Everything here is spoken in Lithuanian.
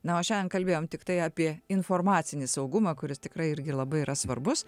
na o šiandien kalbėjom tiktai apie informacinį saugumą kuris tikrai irgi labai yra svarbus